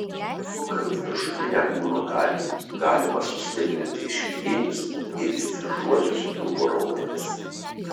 sukant viršutinę kūno dalį galima sustiprinti išilginius ir įstrižuosius pilvo raumenis